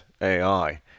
AI